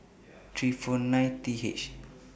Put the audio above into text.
three four nine T H